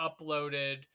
uploaded